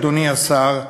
אדוני השר,